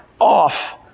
off